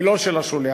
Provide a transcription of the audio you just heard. ולא של השולח.